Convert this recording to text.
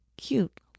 cute